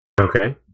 Okay